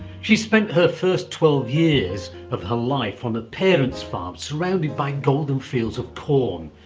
she spent her first twelve years of her life on her parents' farm surrounded by golden fields of corn,